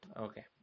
Okay